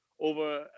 over